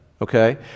okay